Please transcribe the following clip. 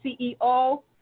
ceo